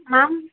ma'am